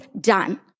done